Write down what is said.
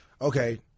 okay—